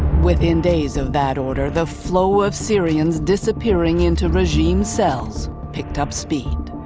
within days of that order, the flow of syrians disappearing into regime cells picked up speed.